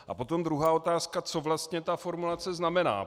A potom druhá otázka co vlastně ta formulace znamená.